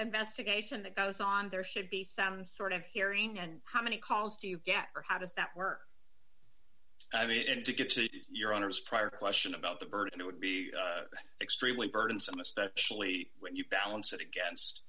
investigation that goes on there should be some sort of hearing and how many calls do you get or how does that work i mean and to get to your honor's prior question about the burden it would be extremely burdensome especially when you balance it against